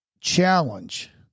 challenge